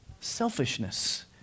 Selfishness